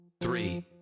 three